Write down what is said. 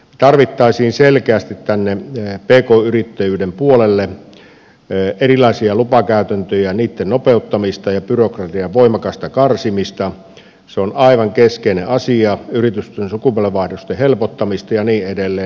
tarvittaisiin selkeästi tänne pk yrittäjyyden puolelle erilaisia lupakäytäntöjä niitten nopeuttamista ja byrokratian voimakasta karsimista se on aivan keskeinen asia yritysten sukupolvenvaihdosten helpottamista ja niin edelleen